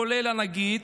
כולל הנגיד,